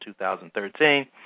2013